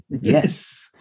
Yes